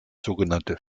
sogenannte